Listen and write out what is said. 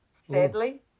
sadly